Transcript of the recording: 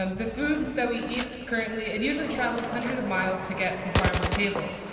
and the food that we eat currently, it usually travels hundreds of miles to get from farm to table.